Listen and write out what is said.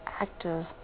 active